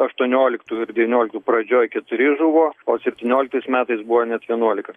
aštuonioliktų ir devynioliktų pradžioj keturi žuvo o septynioliktais metais buvo net vienuolika